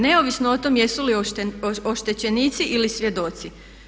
Neovisno o tome jesu li oštećenici ili svjedoci.